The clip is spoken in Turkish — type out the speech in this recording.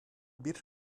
bir